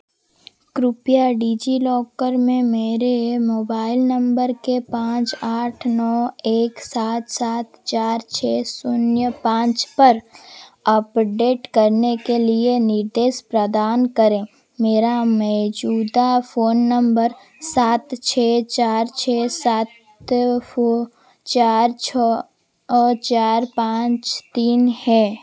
कृपया डिजीलॉकर में मेरे मोबाइल नंबर के पाँच आठ नौ एक सात सात चार छः शून्य पाँच पर अपडेट करने के लिए निर्देश प्रदान करें मेरा मैजूदा फ़ोन नंबर सात छः चार छः सात फ़ो चार छः चार पाँच तीन है